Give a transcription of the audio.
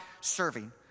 serving